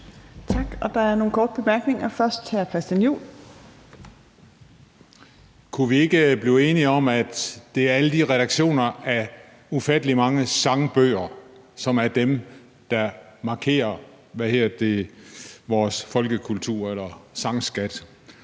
Tak. Der er nogle korte bemærkninger. Først er det hr. Christian Juhl. Kl. 22:27 Christian Juhl (EL): Kunne vi ikke blive enige om, at det er alle de redaktioner af ufattelig mange sangbøger, som er dem, der markerer vores folkekultur eller sangskat?